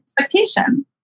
expectation